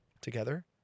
Together